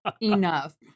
Enough